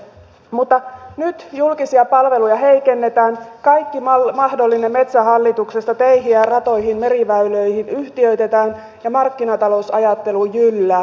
mutta nyt julkisia palveluja heikennetään kaikki mahdollinen metsähallituksesta teihin ja ratoihin meriväyliin yhtiöitetään ja markkinatalousajattelu jyllää